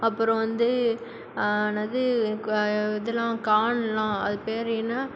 அப்புறம் வந்து என்னது இதெலாம் கானெலாம் அது பேர் என்ன